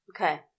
Okay